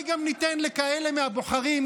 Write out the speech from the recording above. ואולי גם ניתן לכאלה מהבוחרים,